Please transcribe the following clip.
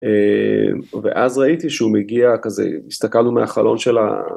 ואז ראיתי שהוא מגיע כזה הסתכלנו מהחלון של ה...